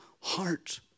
heart